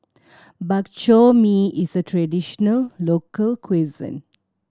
Bak Chor Mee is a traditional local cuisine